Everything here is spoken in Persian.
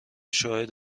شاهد